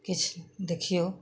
किछु देखियौ